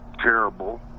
terrible